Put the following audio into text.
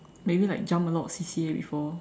maybe like jump a lot of C_C_A before